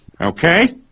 okay